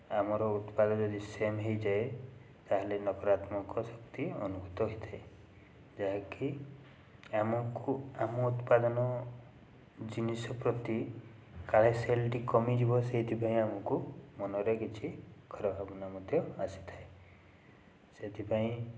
ଆମର ଉତ୍ପାଦ ଯଦି ସେମ୍ ହେଇଯାଏ ତାହାଲେ ନକାରାତ୍ମକ ଶକ୍ତି ଅନୁଭୁତ ହେଇଥାଏ ଯାହାକି ଆମକୁ ଆମ ଉତ୍ପାଦନ ଜିନିଷ ପ୍ରତି କାଳେ ସେଲ୍ଟି କମିଯିବ ସେଥିପାଇଁ ଆମକୁ ମନରେ କିଛି ଖରାପ ଭାବନା ମଧ୍ୟ ଆସିଥାଏ ସେଥିପାଇଁ